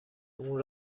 اون